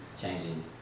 changing